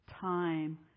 time